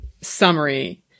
summary